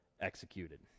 executed